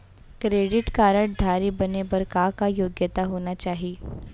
Credit card धारी बने बर का का योग्यता होना चाही?